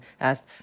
asked